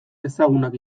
ezagunak